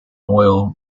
oil